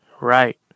Right